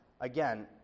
again